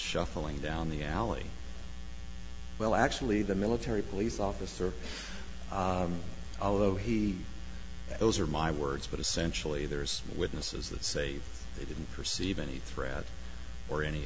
shuffling down the alley well actually the military police officer although he those are my words but essentially there's witnesses that say they didn't perceive any threat or any